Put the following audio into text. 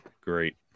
Great